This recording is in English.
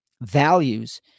values